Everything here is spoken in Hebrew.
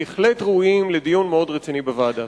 בהחלט ראויים לדיון רציני בוועדה.